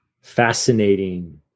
fascinating